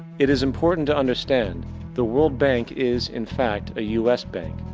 it is important to understand the world bank is, in fact, a u s. bank,